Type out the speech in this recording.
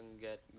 get